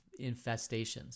infestations